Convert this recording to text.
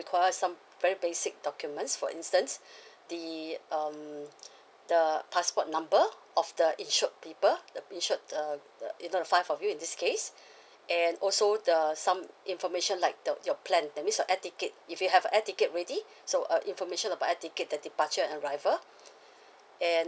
require some very basic documents for instance the um the passport number of the insured people the insured uh the you know the five of you in this case and also the some information like the your plan that means your air ticket if you have air ticket ready so uh information about air ticket the departure and arrival and